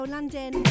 London